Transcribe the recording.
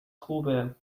خوبه